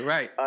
Right